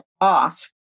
off